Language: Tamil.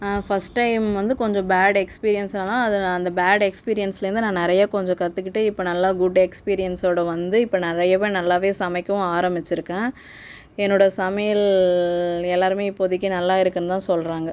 ஃபஸ்ட் டைம் வந்து கொஞ்சம் பேட் எக்ஸ்பீரியன்ஸ் ஆனால் அதில் அந்த பேட் எஸ்பீரியன்ஸ்லேருந்து நான் நிறையா கொஞ்சம் கத்துக்கிட்டு இப்போ நல்லா குட் எக்ஸ்பீரியன்ஸ்சோடு வந்து இப்போ நிறையவே நல்லாவே சமைக்கவும் ஆரம்பிச்சிருக்கேன் என்னோட சமையல் எல்லாருமே இப்போதைக்கி நல்லா இருக்குது தான் சொல்கிறாங்க